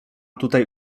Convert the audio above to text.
tutaj